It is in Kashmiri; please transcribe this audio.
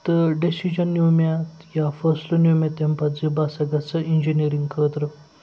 تہٕ ڈیٚسِجَن نیوٗ مےٚ یا فٲصلہٕ نیوٗ مےٚ تَمہِ پَتہٕ زِ بہٕ ہَسا گژھٕ اِنجینٔرِنٛگ خٲطرٕ